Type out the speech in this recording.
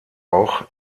auch